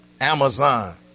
Amazon